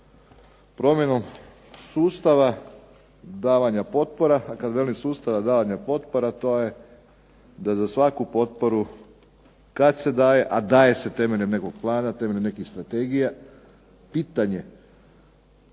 promjenom sustava davanja potpora, a kada velim sustava davanja potpora to je da za svaku potporu kada se daje, a daje se temeljem nekog plana, temeljem nekih strategija, pitanje